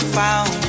found